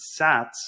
sats